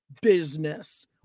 business